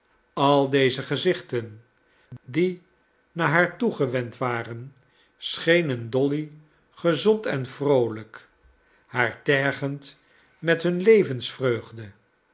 al deze gezichten die naar haar toegewend waren schenen dolly gezond en vroolijk haar tergend met hun levensvreugde